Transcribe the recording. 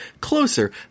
closer